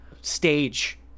stage